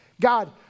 God